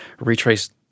retrace